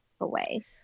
away